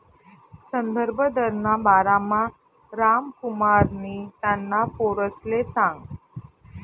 संदर्भ दरना बारामा रामकुमारनी त्याना पोरसले सांगं